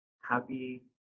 happy